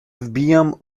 wbijam